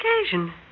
occasion